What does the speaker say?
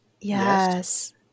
yes